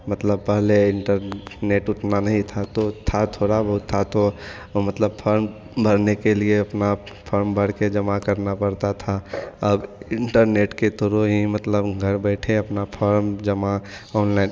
मतलब पहले इंटरनेट उतना नहीं था तो था थोड़ा बहुत था तो मतलब फार्म भरने के लिए अपना फॉर्म भरके जमा करना पड़ता था अब इंटरनेट के थ्रु ही मतलब घर बैठे अपना फॉर्म जमा ऑनलाइन